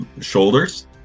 shoulders